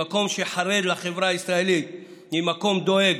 ממקום שחרד לחברה הישראלית, ממקום דואג.